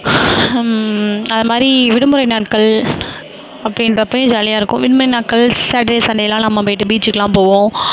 அதுமாதிரி விடுமுறை நாட்கள் அப்படின்றப்பயும் ஜாலியாக இருக்கும் விடுமுறை நாட்கள் சாட்டர்டே சண்டேலாம் நம்ம போயிட்டு பீச்சுக்கெல்லாம் போவோம்